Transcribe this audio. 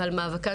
ועל מאבקן